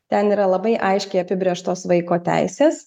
ten yra labai aiškiai apibrėžtos vaiko teisės